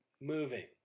moving